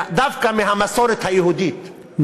דווקא מהמסורת היהודית,